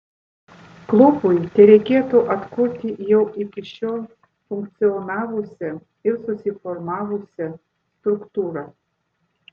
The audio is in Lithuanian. klubui tereikėtų atkurti jau iki šiol funkcionavusią ir susiformavusią struktūrą